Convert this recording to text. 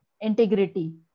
integrity